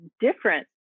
different